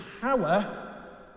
power